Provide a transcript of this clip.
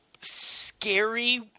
scary